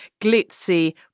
glitzy